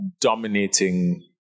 dominating